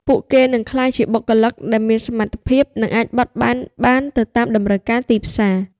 ពួកគេនឹងក្លាយជាបុគ្គលិកដែលមានសមត្ថភាពនិងអាចបត់បែនបានទៅតាមតម្រូវការទីផ្សារ។